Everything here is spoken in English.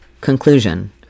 Conclusion